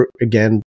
again